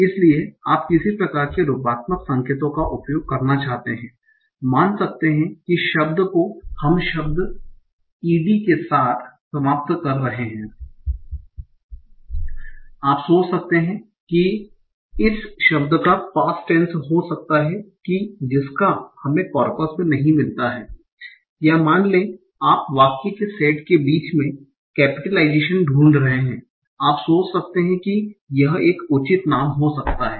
इसलिए आप किसी प्रकार के रूपात्मक संकेतों का उपयोग करना चाहते हैं मान सकते हैं कि शब्द को हम शब्द e d के साथ समाप्त कर रहे हैं आप सोच सकते हैं कि इस शब्द का पास्ट टेन्स हो सकता है कि जिसका हमे कॉर्पस में नहीं मिलता है या मान लें कि आप वाक्य के सेट के बीच में केपिटलाइजेशन ढूंढ रहे हैं आप सोच सकते हैं कि यह एक उचित नाम हो सकता है